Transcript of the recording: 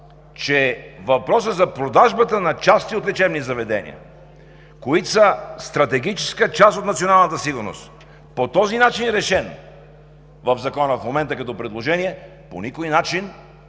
че въпросът за продажбата на части от лечебни заведения, които са стратегическа част от националната сигурност, по начина, по който е решен в момента в Закона като предложение, по никой начин